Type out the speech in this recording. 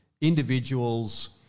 individuals